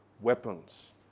weapons